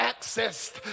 accessed